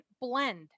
blend